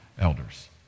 elders